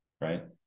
right